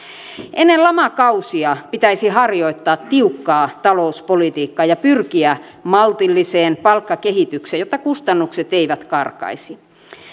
ennen lamakausia pitäisi harjoittaa tiukkaa talouspolitiikkaa ja pyrkiä maltilliseen palkkakehitykseen jotta kustannukset eivät karkaisi